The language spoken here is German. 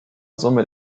somit